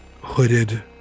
hooded